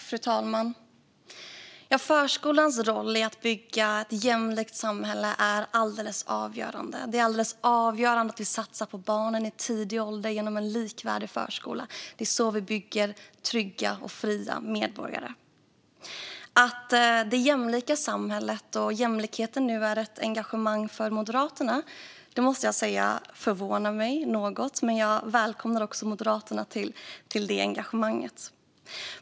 Fru talman! Förskolans roll i att bygga ett jämlikt samhälle är avgörande. Det är avgörande att vi satsar på barnen i tidig ålder genom att ha en likvärdig förskola. Det är så vi bygger trygga och fria medborgare. Att det jämlika samhället och jämlikheten nu är ett engagemang för Moderaterna förvånar mig något. Men jag välkomnar Moderaterna till det engagemanget.